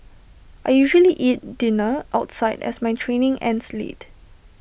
I usually eat dinner outside as my training ends late